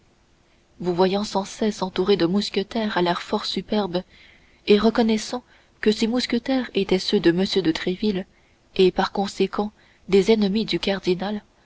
vous voyant sans cesse entouré de mousquetaires à l'air fort superbe et reconnaissant que ces mousquetaires étaient ceux de m de tréville et par conséquent des ennemis du cardinal